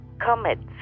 comets